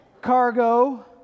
Cargo